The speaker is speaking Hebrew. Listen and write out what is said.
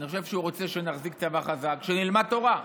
אני חושב שהוא רוצה שנחזיק צבא חזק, שנלמד תורה,